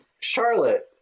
Charlotte